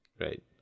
Right